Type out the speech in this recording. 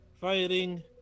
Firing